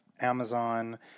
amazon